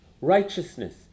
righteousness